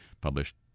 published